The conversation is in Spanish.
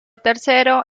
tercero